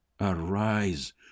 arise